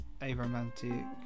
Aromantic